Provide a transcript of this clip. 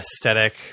aesthetic